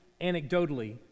anecdotally